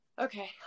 Okay